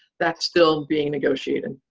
that's still being negotiated.